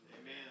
amen